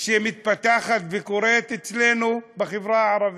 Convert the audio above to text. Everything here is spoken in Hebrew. שמתפתחת וקורית אצלנו בחברה הערבית.